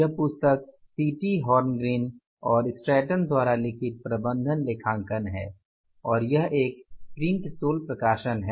यह पुस्तक C T Horngren और स्ट्रैटन द्वारा लिखित प्रबंधन लेखांकन है और यह एक प्रिंट सोल प्रकाशन है